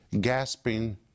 gasping